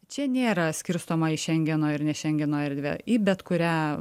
čia nėra skirstoma į šengeno ir ne šengeno erdvę į bet kurią